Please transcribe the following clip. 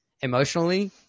emotionally